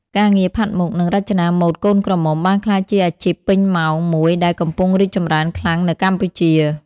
ការងារផាត់មុខ និងរចនាម៉ូដកូនក្រមុំបានក្លាយជាអាជីពពេញម៉ោងមួយដែលកំពុងរីកចម្រើនខ្លាំងនៅកម្ពុជា។